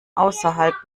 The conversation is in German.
außerhalb